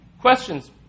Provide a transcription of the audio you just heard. questions